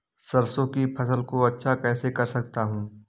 सरसो की फसल को अच्छा कैसे कर सकता हूँ?